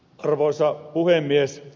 arvoisa puhemies